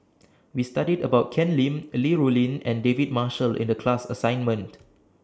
We studied about Ken Lim Li Rulin and David Marshall in The class assignment